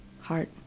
heart